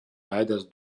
vedęs